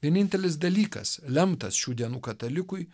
vienintelis dalykas lemtas šių dienų katalikui